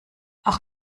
auch